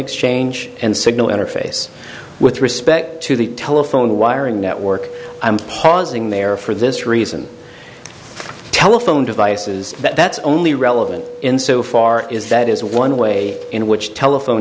exchange and signal interface with respect to the telephone wiring network i'm pausing there for this reason telephone devices that's only relevant in so far is that is one way in which telephone